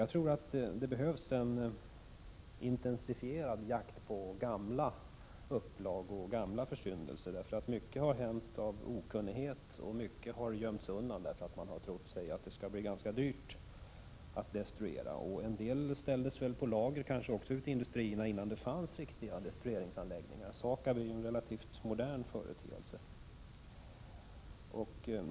Jag tror att det behövs en intensifierad jakt på gamla upplag och gamla försyndelser. Mycket har hänt av okunnighet och mycket har gömts undan, därför att man har trott att det skulle bli ganska dyrt att destruera. En del ställdes kanske på lager vid industrierna innan det fanns riktiga destrueringsanläggningar. SAKAB är ju en relativt modern företeelse.